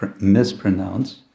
mispronounce